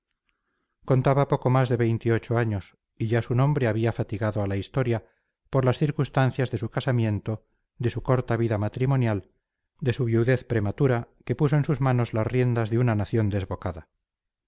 contaba poco más de veintiocho años y ya su nombre había fatigado a la historia por las circunstancias de su casamiento de su corta vida matrimonial de su viudez prematura que puso en sus manos las riendas de una nación desbocada